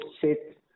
sit